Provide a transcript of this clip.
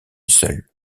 seule